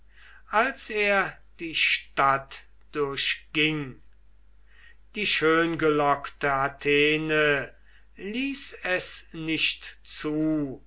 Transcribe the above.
als er die stadt durchging die schöngelockte athene ließ es nicht zu